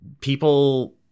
people